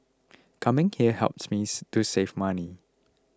coming here helps me to save money